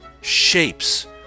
shapes